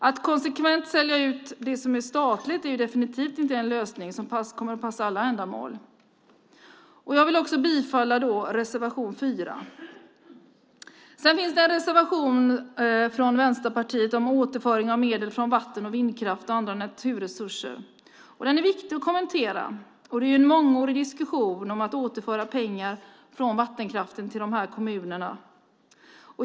Att konsekvent sälja ut det som är statligt är definitivt inte en lösning som kommer att passa alla ändamål. Jag vill också yrka bifall till reservation 4. Sedan finns det en reservation från Vänsterpartiet om återföring av medel från vatten, vindkraft och andra naturresurser. Den är viktig att kommentera. Det förs ju en mångårig diskussion om att återföra pengar från vattenkraften till de här kommunerna.